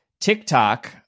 TikTok